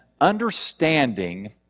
understanding